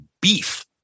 Beef